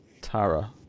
tara